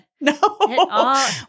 No